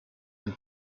and